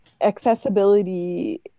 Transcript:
accessibility